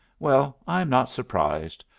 well, i am not surprised.